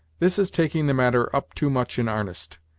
this is taking the matter up too much in arnest.